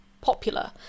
popular